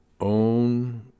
own